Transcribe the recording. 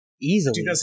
Easily